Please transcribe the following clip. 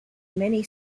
mini